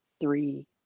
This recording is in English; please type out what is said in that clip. three